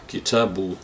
Kitabu